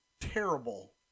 terrible